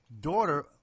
daughter